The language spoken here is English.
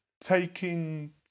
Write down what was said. taking